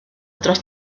dros